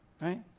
right